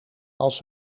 als